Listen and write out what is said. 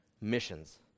missions